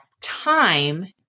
time